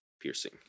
Piercing